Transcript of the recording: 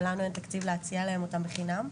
ולנו אין תקציב להציע אותם חינם.